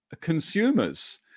consumers